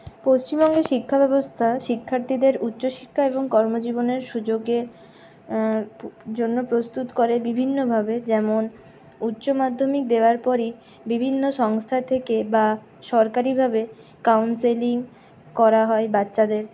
পশ্চিমবঙ্গের শিক্ষাব্যবস্থা শিক্ষার্থীদের উচ্চশিক্ষা এবং কর্মজীবনের সুযোগের জন্য প্রস্তুত করে বিভিন্ন ভাবে যেমন উচ্চমাধ্যমিক দেওয়ার পরই বিভিন্ন সংস্থা থেকে বা সরকারিভাবে কাউন্সেলিং করা হয় বাচ্চাদের